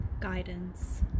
guidance